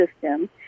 system